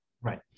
right